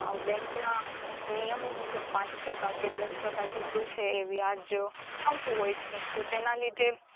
બેંકના નિયમો મુજબ પાંચ ટકા કે દસ ટકા જેટલું છે એ વ્યાજ આવતું હોય છે તો તેના લીધે